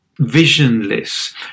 visionless